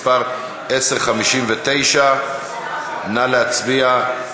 מס' 2910. נא להצביע.